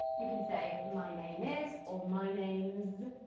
you can say, my name is or my name's,